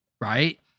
Right